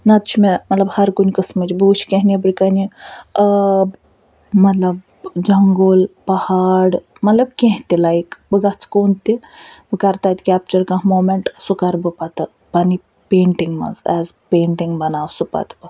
نَتہٕ چھِ مےٚ مطلب ہر کُنہِ قٕسمٕچ بہٕ وُچھِ کیٚنٛہہ نیٚبرٕ کَنہِ آب مطلب جنگُل پہاڑ مطلب کیٚنٛہہ تہِ لایِک بہٕ گَژھٕ کُن تہِ بہٕ کر تَتہِ کٮ۪پچر کانٛہہ مومٮ۪نٛٹ سُہ کر بہٕ پَتہٕ پنٛنہِ پیٚنٹِنٛگ منٛز ایز پیٚنٛٹِنٛگ بناو سُہ پتہٕ بہٕ